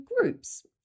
groups